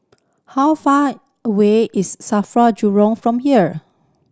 how far away is SAFRA Jurong from here